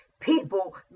People